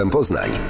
Poznań